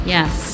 Yes